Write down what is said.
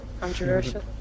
Controversial